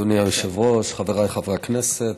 אדוני היושב-ראש, חבריי חברי הכנסת